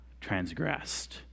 transgressed